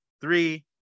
three